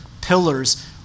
pillars